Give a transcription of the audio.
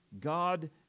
God